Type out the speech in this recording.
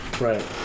Right